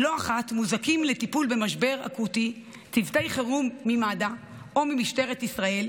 לא אחת מוזעקים לטיפול במשבר אקוטי צוותי חירום ממד"א או ממשטרת ישראל,